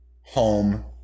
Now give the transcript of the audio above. home